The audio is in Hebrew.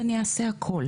ואני אעשה הכל